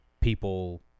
people